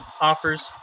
offers